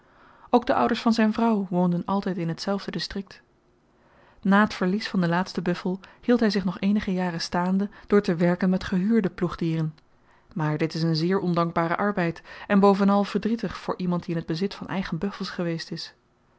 ook de ouders van zyn vrouw woonden altyd in hetzelfde distrikt na t verlies van den laatsten buffel hield hy zich nog eenige jaren staande door te werken met gehuurde ploegdieren maar dit is een zeer ondankbare arbeid en bovenal verdrietig voor iemand die in t bezit van eigen buffels geweest is